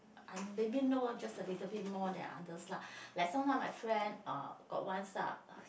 I maybe know just a little bit more than others lah like sometime my friend uh got once ah